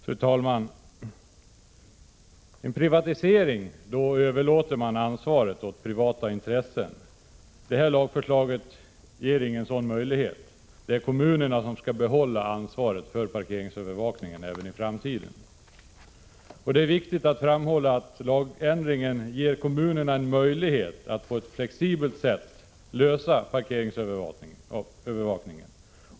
Fru talman! Vid en privatisering överlåter man ansvaret på privata intressen. Den nu föreslagna lagen ger ingen sådan möjlighet. Kommunerna skall även i framtiden ha ansvaret för parkeringsövervakningen. Det är viktigt att framhålla att lagändringen ger kommunerna en möjlighet att på ett flexibelt sätt klara parkeringsövervakningen.